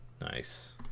Nice